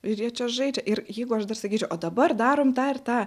ir jie čia žaidžia ir jeigu aš dar sakyčiau o dabar darom tą ir tą